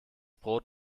brot